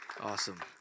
Awesome